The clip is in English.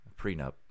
prenup